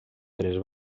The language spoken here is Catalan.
tres